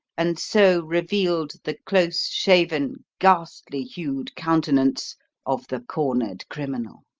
and so revealed the close-shaven, ghastly-hued countenance of the cornered criminal.